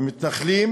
המתנחלים